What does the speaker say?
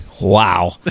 Wow